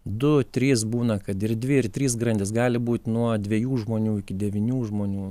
du trys būna kad ir dvi ir trys grandys gali būti nuo dviejų žmonių iki devynių žmonių